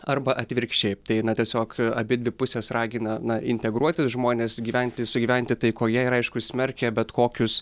arba atvirkščiai tai na tiesiog abidvi pusės ragina na integruotis žmones gyventi sugyventi taikoje ir aišku smerkia bet kokius